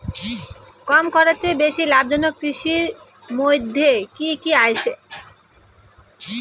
কম খরচে বেশি লাভজনক কৃষির মইধ্যে কি কি আসে?